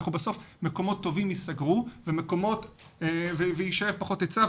בסוף מקומות טובים ייסגרו ויישאר פחות היצע.